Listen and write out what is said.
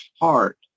heart